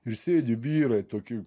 ir sėdi vyrai toki